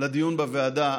לדיון בוועדה,